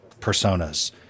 personas